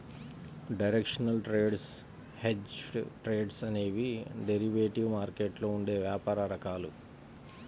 directional trades, hedged trades అనేవి derivative మార్కెట్లో ఉండే వ్యాపార రకాలు